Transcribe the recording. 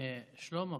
שלמה,